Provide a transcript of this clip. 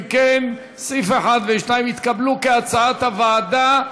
אם כן, סעיפים 1 ו-2 התקבלו כהצעת הוועדה.